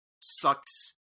sucks